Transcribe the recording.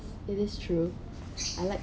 it is true I like